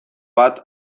bat